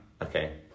Okay